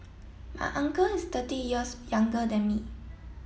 my uncle is thirty years younger than me